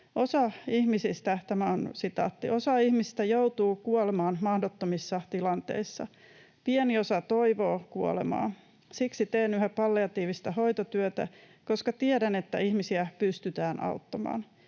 ”Osa ihmisistä joutuu kuolemaan mahdottomissa tilanteissa. Pieni osa toivoo kuolemaa. Siksi teen yhä palliatiivista hoitotyötä, koska tiedän, että ihmisiä pystytään auttamaan.